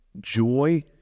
joy